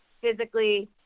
physically